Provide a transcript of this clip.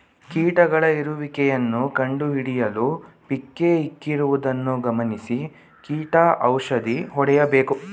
ಕೀಟಗಳ ಇರುವಿಕೆಯನ್ನು ಕಂಡುಹಿಡಿಯಲು ಪಿಕ್ಕೇ ಇಕ್ಕಿರುವುದನ್ನು ಗಮನಿಸಿ ಕೀಟ ಔಷಧಿ ಹೊಡೆಯಬೇಕು